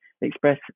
express